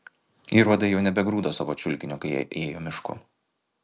ir uodai jau nebegrūdo savo čiulkinio kai jie ėjo mišku